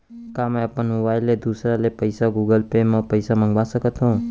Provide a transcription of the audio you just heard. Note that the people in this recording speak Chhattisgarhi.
का मैं अपन मोबाइल ले दूसर ले पइसा गूगल पे म पइसा मंगा सकथव?